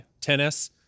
Tennis